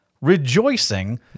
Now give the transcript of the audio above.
rejoicing